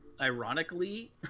ironically